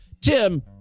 Tim